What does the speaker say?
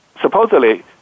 supposedly